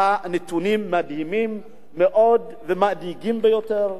שהנתונים מדהימים מאוד ומדאיגים ביותר,